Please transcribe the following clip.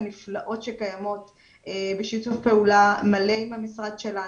הנפלאות שקיימות בשיתוף פעולה מלא עם המשרד שלנו,